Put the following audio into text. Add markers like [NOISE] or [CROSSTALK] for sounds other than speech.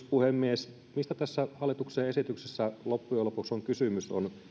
[UNINTELLIGIBLE] puhemies mistä tässä hallituksen esityksessä loppujen lopuksi on kysymys on